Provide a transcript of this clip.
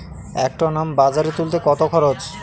এক টন আম বাজারে তুলতে কত খরচ?